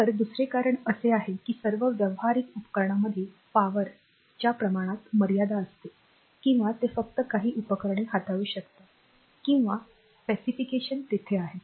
तर दुसरे कारण असे आहे की सर्व व्यावहारिक उपकरणांमध्ये पी च्या प्रमाणात मर्यादा असते किंवा ते फक्त काही उपकरणे हाताळू शकतात किंवा तपशील तेथे आहे